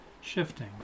shifting